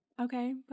okay